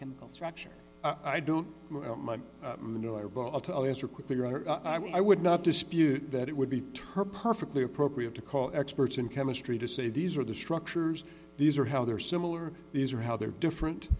chemical structure i don't figure i would not dispute that it would be to her perfectly appropriate to call experts in chemistry to say these are the structures these are how they're similar these are how they're different